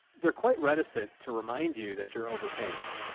they're quite reticent to remind you that you're overpaying.